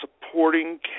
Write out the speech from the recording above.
supporting